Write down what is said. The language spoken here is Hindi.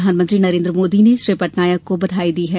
प्रधानमंत्री नरेन्द्र मोदी ने श्री पटनायक को बधाई दी है